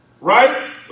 right